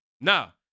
Now